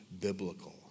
biblical